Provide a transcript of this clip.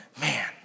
man